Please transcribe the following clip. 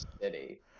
city